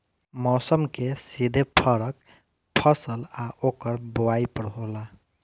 मौसम के सीधे फरक फसल आ ओकर बोवाई पर होला